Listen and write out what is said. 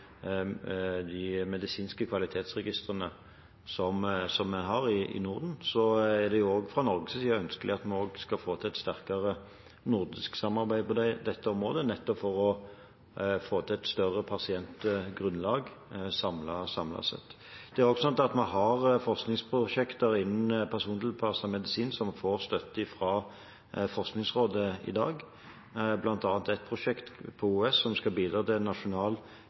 de medisinske kvalitetsregistrene som vi har i Norden. Det er også fra Norges side ønskelig at vi skal få til et sterkere nordisk samarbeid på dette området, nettopp for å få et større pasientgrunnlag samlet sett. Vi har også i dag forskningsprosjekter innen persontilpasset medisin som får støtte fra Forskningsrådet. Blant annet er det et prosjekt ved OUS som skal bidra til en nasjonal